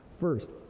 First